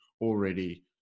already